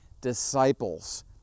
disciples